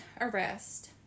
arrest